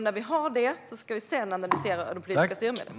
När vi har det ska vi sedan analysera de politiska styrmedlen.